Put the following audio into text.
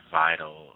vital